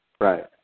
Right